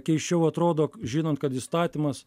keisčiau atrodo žinant kad įstatymas